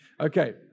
Okay